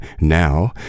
now